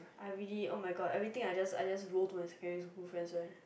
I really oh my god everything I just I just go to my secondary school friend first